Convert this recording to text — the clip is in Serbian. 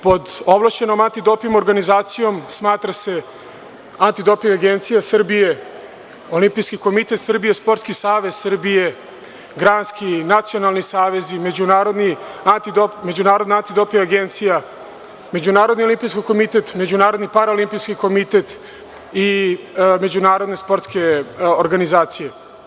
Pod ovlašćenom antidoping organizacijom smatra se Antidoping agencija Srbije, Olimpijski komitet Srbije, Sportski savez Srbije, granski nacionalni savezi, Međunarodna antidoping agencija, Međunarodni olimpijski komitet, Međunarodni paraolimpijski komitet i međunarodne sportske organizacije.